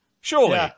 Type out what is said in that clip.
surely